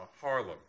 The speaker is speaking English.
Harlem